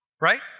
right